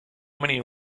many